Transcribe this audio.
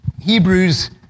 Hebrews